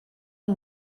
amb